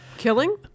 killing